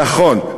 נכון.